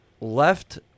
left